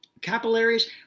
Capillaries